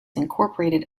incorporated